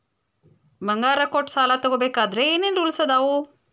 ಬಂಗಾರ ಕೊಟ್ಟ ಸಾಲ ತಗೋಬೇಕಾದ್ರೆ ಏನ್ ಏನ್ ರೂಲ್ಸ್ ಅದಾವು?